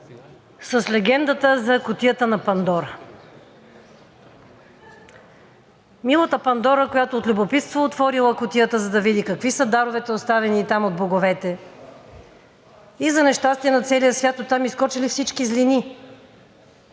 с легендата за кутията на Пандора. Милата Пандора, която от любопитство отворила кутията, за да види какви са даровете, оставени там от боговете, и за нещастие на целия свят оттам изскочили всички злини.